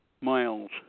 miles